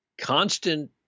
constant